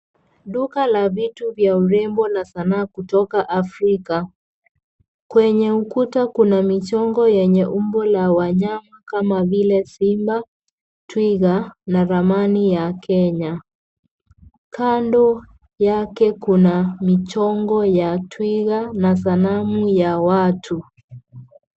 Duka la vitu vya urembo na sanaa kutoka Afrika. Kwenye ukuta kuna midongo yenye umbo la wanyama kama vile Simba, Twiga na ramani ya Kenya. Kando yake kuna michongo ya Twiga na zanamu ya watu.